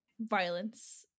violence